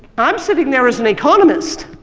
i'm sitting there as an economist,